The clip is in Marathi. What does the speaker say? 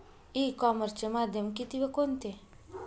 ई कॉमर्सचे माध्यम किती व कोणते?